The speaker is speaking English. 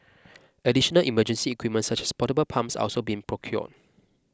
additional emergency equipment such as portable pumps are also being procured